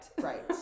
Right